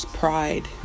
pride